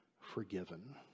forgiven